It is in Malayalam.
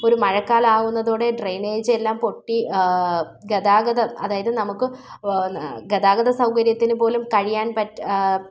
ഒരു മഴക്കാലം ആകുന്നതോടെ ഡ്രൈനേജ് എല്ലാം പൊട്ടി ഗതാഗതം അതായത് നമുക്ക് ഗതാഗത സൗകര്യത്തിന് പോലും കഴിയാന് പറ്റാത്ത